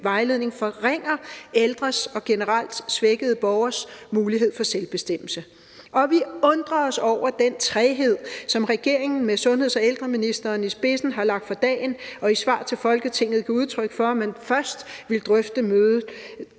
vejledning forringer ældres og generelt svækkede borgeres mulighed for selvbestemmelse. Og vi undrer os over den træghed, som regeringen med sundheds- og ældreministeren i spidsen har lagt for dagen, og over, at man i et svar til Folketinget har givet udtryk for, at man først ville drøfte sagen